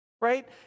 right